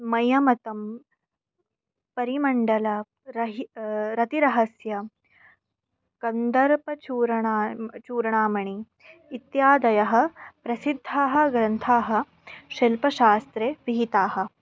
मयमतं परिमण्डल रहि रतिरहस्यं कन्दर्पचूरणा चूरणामणि इत्यादयः प्रसिद्धाः ग्रन्थाः शिल्पशास्त्रे विहिताः